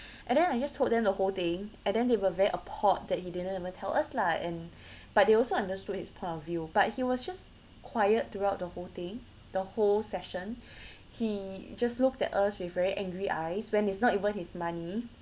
and then I just told them the whole thing and then they were very appalled that he didn't even tell us lah and but they also understood his point of view but he was just quiet throughout the whole thing the whole session he just looked at us with very angry eyes when it's not even his money